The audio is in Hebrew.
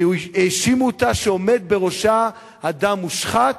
שהאשימו אותה שעומד בראשה אדם מושחת,